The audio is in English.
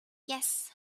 yes